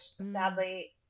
sadly